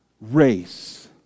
race